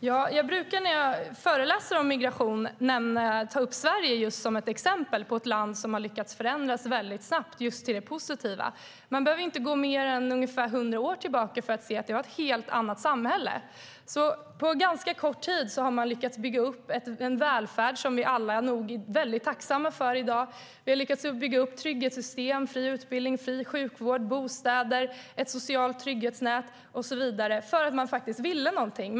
Herr talman! När jag föreläser om migration brukar jag ta Sverige som ett exempel på ett land som har lyckats förändras väldigt snabbt till det positiva. Vi behöver inte gå längre än ungefär hundra år tillbaka för att se att det var ett helt annat samhälle. På ganska kort tid har man lyckats bygga upp en välfärd som vi alla nog är väldigt tacksamma för i dag. Man har lyckats bygga upp ett trygghetssystem - fri utbildning, fri sjukvård, bostäder, ett socialt trygghetsnät och så vidare - för att man faktiskt ville någonting.